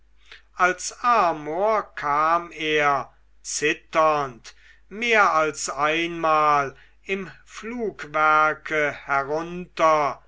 als amor kam er zitternd mehr als einmal im flugwerke herunter